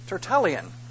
tertullian